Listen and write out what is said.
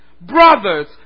brothers